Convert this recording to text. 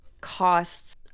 costs